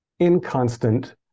inconstant